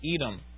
Edom